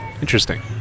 Interesting